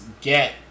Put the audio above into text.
get